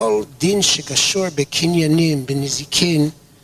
כל דין שקשור בקניינים, בנזיקין.